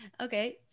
Okay